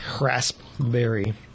Raspberry